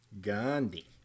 Gandhi